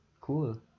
Cool